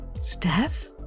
Steph